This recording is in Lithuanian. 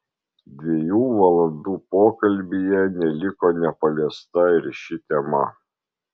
dviejų valandų pokalbyje neliko nepaliesta ir ši tema